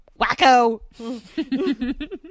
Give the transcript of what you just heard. wacko